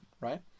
right